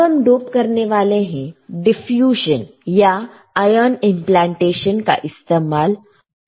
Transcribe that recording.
अब हम डोप करने के लिए डिफ्यूजन या आईऑन इंप्लांटेशन का इस्तेमाल कर सकते हैं